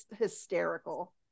hysterical